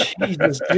Jesus